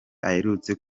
aherutse